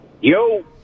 Yo